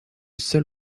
seul